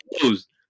closed